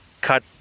cut